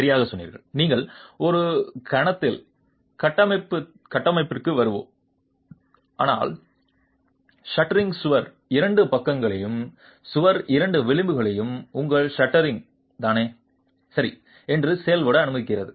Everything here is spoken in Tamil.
சரியாக நாங்கள் ஒரு கணத்தில் கட்டமைப்புகிற்கு வருவோம் ஆனால் ஷட்டரிங் சுவரின் இரண்டு பக்கங்களையும் சுவரின் இரண்டு விளிம்புகளையும் உங்கள் ஷட்டரிங் தானே சரி என்று செயல்பட அனுமதிக்கிறது